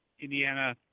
Indiana